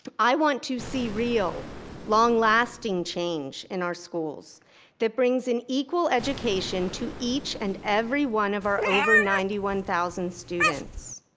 i want to see real long lasting change in our schools that brings an equal education to each and every one of our over ninety one thousand students.